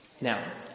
Now